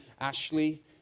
Ashley